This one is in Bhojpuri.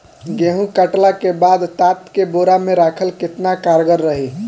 गेंहू कटला के बाद तात के बोरा मे राखल केतना कारगर रही?